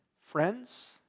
friends